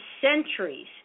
centuries